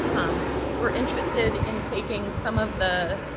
um we're interested in taking some of the